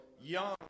Young